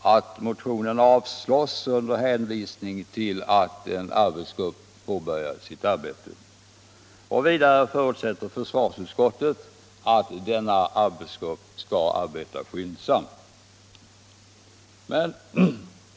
att motionen avslås under hänvisning till att en arbetsgrupp nu påbörjat sitt arbete. Vidare förutsätter försvarsutskottet att denna arbetsgrupp skall arbeta skyndsamt.